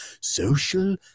social